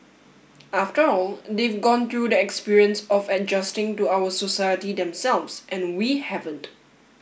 after all they've gone through the experience of adjusting to our society themselves and we haven't